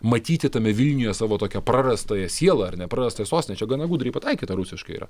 matyti tame vilniuje savo tokią prarastąją sielą ar ne prarastąją sostinę čia gana gudriai pataikyta rusiškai yra